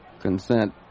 consent